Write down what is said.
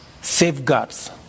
safeguards